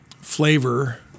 flavor